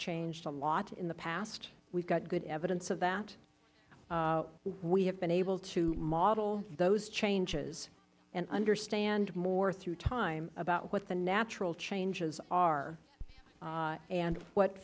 changed a lot in the past we have good evidence of that we have been able to model those changes and understand more through time about what the natural changes are and what